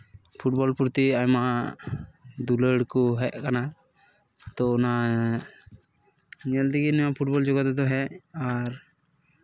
football ᱯᱨᱚᱛᱤ ᱟᱭᱢᱟ ᱫᱩᱞᱟᱹᱲ ᱠᱚ ᱦᱮᱡ ᱠᱟᱱᱟ ᱛᱚ ᱚᱱᱟ ᱧᱮᱞ ᱛᱮᱜᱮ ᱱᱤᱭᱟᱹ ᱯᱷᱩᱴᱵᱚᱞ ᱡᱚᱜᱚᱛ ᱨᱮᱫᱚ ᱦᱮᱡ ᱟᱨ